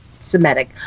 Semitic